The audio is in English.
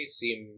seem